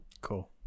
Cool